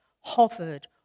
hovered